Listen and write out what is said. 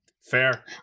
Fair